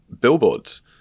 billboards